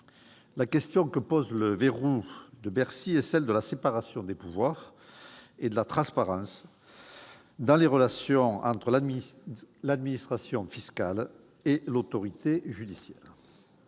la question que pose le « verrou de Bercy » est celle de la séparation des pouvoirs et de la transparence dans les relations entre administration fiscale et autorité judiciaire.